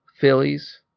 Phillies